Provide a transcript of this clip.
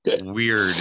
weird